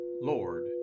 Lord